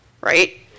right